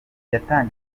kugura